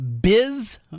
Biz